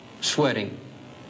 sweating